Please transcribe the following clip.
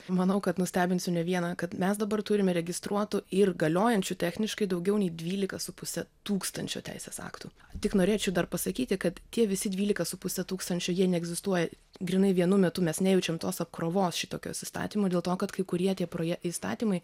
manau kad nustebinsiu ne vieną kad mes dabar turime registruotų ir galiojančių techniškai daugiau nei dvylika su puse tūkstančio teisės aktų tik norėčiau dar pasakyti kad tie visi dvylika su puse tūkstančio jie neegzistuoja grynai vienu metu mes nejaučiam tos apkrovos šitokios įstatymų dėl to kad kai kurie tie proje įstatymai